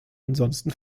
ansonsten